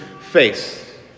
face